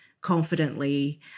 confidently